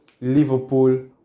Liverpool